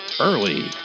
early